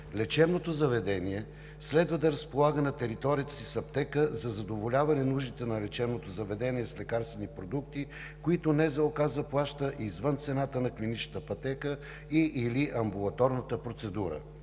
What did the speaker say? Лечебното заведение следва да разполага на територията си с аптека за задоволяване нуждите на лечебното заведение с лекарствени продукти, които Националната здравноосигурителна каса заплаща извън цената на клиничната пътека и/или амбулаторната процедура.